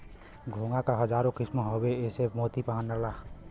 घोंघा क हजारो किसम हउवे एसे मोती बनला